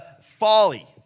folly